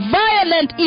violent